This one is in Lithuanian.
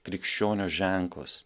krikščionio ženklas